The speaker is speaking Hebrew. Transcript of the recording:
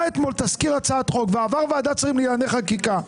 אתמול תזכיר הצעת חוק ועבר ועדת שרים לענייני חקיקה,